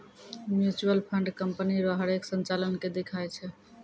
mutual fund company रो हरेक संचालन के दिखाय छै